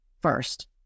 first